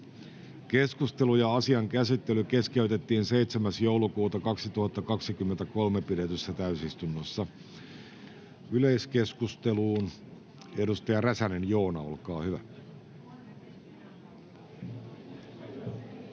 Keskustelu ja asian käsittely keskeytettiin 7.12.2023 pidetyssä täysistunnossa. — Yleiskeskusteluun, edustaja Räsänen, Joona, olkaa hyvä.